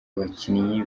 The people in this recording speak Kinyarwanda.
abakinyi